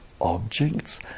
objects